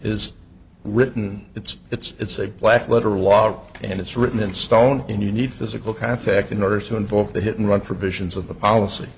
is written it's it's a black letter law and it's written in stone and you need physical contact in order to invoke the hit and run provisions of the policy